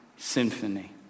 Symphony